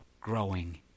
growing